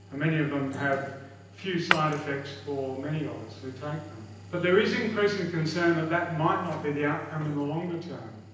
many of them have few side effects for many of us who take them but there is increasing concern that that might not be the outcome in the longer term.